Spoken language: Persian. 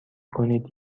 کنید